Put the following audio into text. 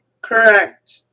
correct